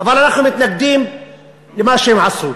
אבל אנחנו מתנגדים למה שהם עשו.